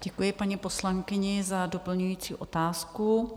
Děkuji paní poslankyni za doplňující otázku.